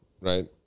right